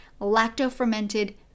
lacto-fermented